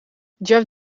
jeff